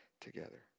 together